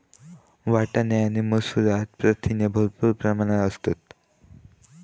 वाटाणे आणि मसूरात प्रथिने भरपूर प्रमाणात असतत